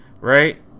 right